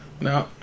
No